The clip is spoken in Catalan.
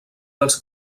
dels